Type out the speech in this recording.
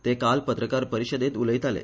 ते काल पत्रकार परिशदेत उलयताले